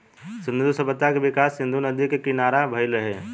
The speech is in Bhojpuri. सिंधु सभ्यता के विकास सिंधु नदी के किनारा भईल रहे